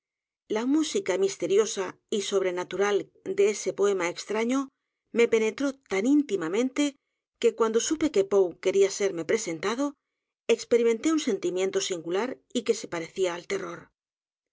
la música misteriosa y sobrenatural de ese poema extraño me penetró tan íntimamente que cuando supe que p o e quería serme presentado experimenté un sentimiento singular y que se parecía al terror